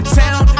town